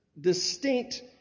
distinct